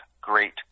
great